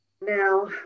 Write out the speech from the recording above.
Now